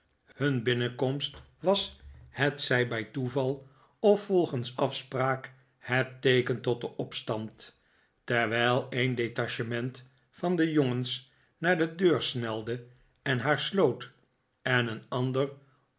hun binnenkomst was hetzij bij toeval of volgens afspraak het teeken tot den opstand terwijl een detachement van de jongens naar de deur snelde en haar sloot en een ander